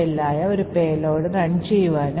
out നിങ്ങളുടെ മെഷീനിൽ വിജയകരമായി റൺ ആകും